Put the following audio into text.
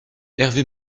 hervé